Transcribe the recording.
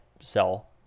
sell